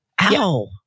Ow